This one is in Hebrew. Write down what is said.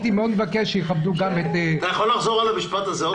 אתה יכול לחזור שוב על המשפט הזה?